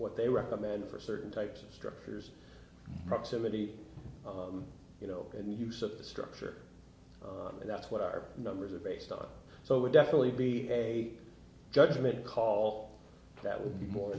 what they recommend for certain types of structures proximity you know and use of a structure and that's what our numbers are based on so would definitely be a judgment call that would be more